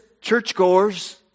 churchgoers